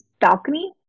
balcony